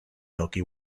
milky